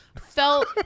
felt